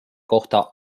kohta